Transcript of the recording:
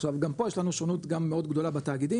עכשיו גם פה יש לנו שונות גם מאוד גדולה בתאגידים,